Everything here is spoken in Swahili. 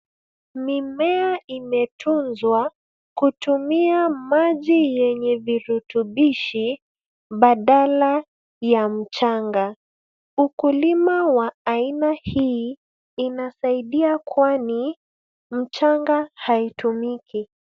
Mimea imetunzwa kutumia maji yenye virutubishi badala ya mchanga. Ukulima wa aina hii inasaidia kwani mchanga haitumiki.